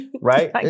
right